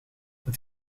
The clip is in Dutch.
het